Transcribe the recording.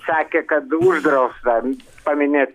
sakė kad uždrausta paminėti